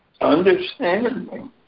understanding